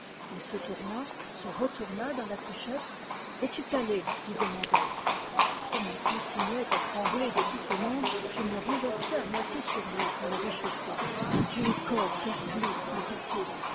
il se tourna se retourna dans la couchette es-tu calé lui demandai-je et comme il continuait à trembler de tous ses membres je me renversai à moitié sur lui pour le réchauffer j'ai le corps perclus me dit-il